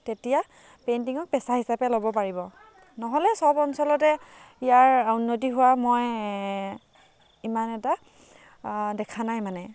তেতিয়া পেইণ্টিঙক পেছা হিচাপে ল'ব পাৰিব নহ'লে সব অঞ্চলতে ইয়াৰ উন্নতি হোৱা মই ইমান এটা দেখা নাই মানে